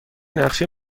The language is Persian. نقشه